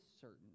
certain